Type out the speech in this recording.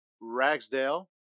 ragsdale